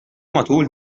matul